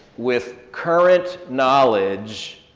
with current knowledge,